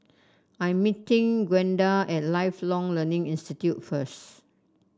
I am meeting Gwenda at Lifelong Learning Institute first